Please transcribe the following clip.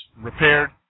repaired